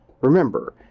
Remember